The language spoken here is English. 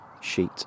sheet